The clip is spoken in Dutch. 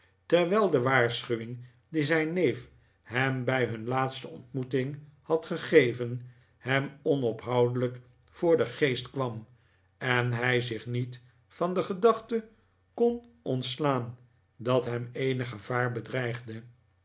terwijl de waarschuwing die zijn neef hem bij hun laatste ontmoeting had gegeyen hem onophoudelijk voor den geest kwam en hij zich niet van de gedachte kon ontslaan dat hem eenig gevaar bedreigde